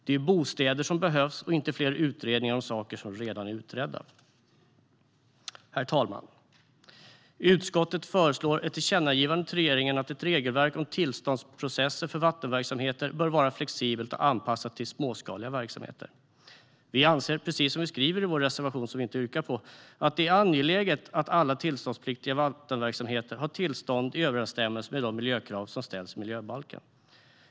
Det är bostäder som behövs och inte fler utredningar om saker som redan är utredda. Herr talman! Utskottet föreslår ett tillkännagivande till regeringen att ett regelverk om tillståndsprocesser för vattenverksamheter bör vara flexibelt och anpassat till småskaliga verksamheter. Vi anser - precis som vi skriver i vår reservation, som jag inte yrkar bifall till - att det är angeläget att alla tillståndspliktiga vattenverksamheter har tillstånd i överensstämmelse med de miljökrav som ställs i miljöbalken.